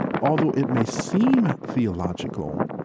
although it may seem theological,